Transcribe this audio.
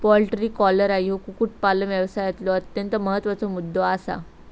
poultry cholera ह्यो कुक्कुटपालन व्यवसायातलो अत्यंत महत्त्वाचा मुद्दो आसा